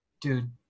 dude